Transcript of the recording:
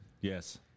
Yes